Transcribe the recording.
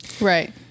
right